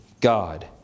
God